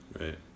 Right